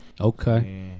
Okay